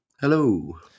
Hello